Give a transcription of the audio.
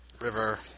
River